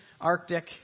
Arctic